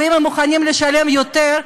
ואם הם מוכנים לשלם יותר,